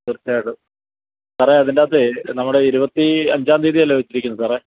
തീർച്ചയായിട്ടും സാറേ അതിൻറ്റകത്ത് നമ്മുടെ ഇരുപത്തി അഞ്ചാം തീയതി അല്ലേ വെച്ചിരിക്കുന്നത് സാറേ